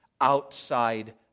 outside